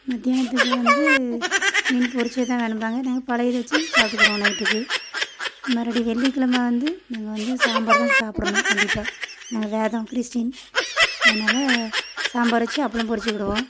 மத்தியானதுக்கு வந்து மீன் பொரிச்சியே தான் வேணும்பாங்க நாங்கள் பழையது வச்சு சாப்பிட்டுக்குடுவோம் நைட்டுக்கு மறுபடி வெள்ளிக்கிழம வந்து நாங்கள் வந்து சாம்பார் தான் சாப்பிடணும் கண்டிப்பாக நாங்கள் வேதம் கிறிஸ்டின் அதனால சாம்பார் வச்சு அப்பளம் பொரித்துக்கிடுவோம்